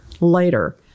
later